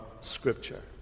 Scripture